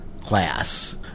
class